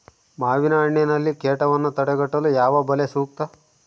ಮಾವಿನಹಣ್ಣಿನಲ್ಲಿ ಕೇಟವನ್ನು ತಡೆಗಟ್ಟಲು ಯಾವ ಬಲೆ ಸೂಕ್ತ?